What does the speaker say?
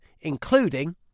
including